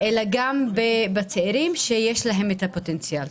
אלא גם בצעירים שיש להם הפוטנציאל.